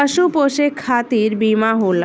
पशु पोसे खतिर बीमा होला